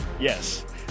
Yes